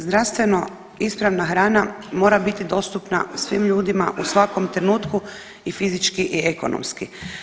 Zdravstveno ispravna hrana mora biti dostupna svim ljudima u svakom trenutku i fizički i ekonomski.